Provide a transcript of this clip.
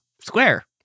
square